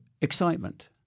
excitement